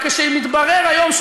המדינה, קראת לו להתפטר?